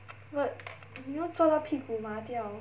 but 你要坐到屁股麻掉